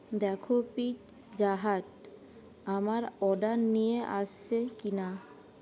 দেখ Pizza Hut আমার অর্ডার নিয়ে আসছে কি না